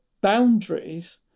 boundaries